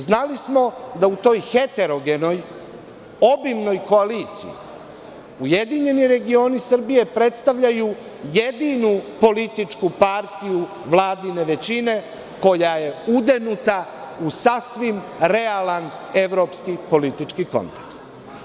Znali smo da u toj heterogenoj, obimnoj koaliciji, URS predstavljaju jedinu političku partiju vladine većine koja je udenuta u sasvim realan evropski politički kontekst.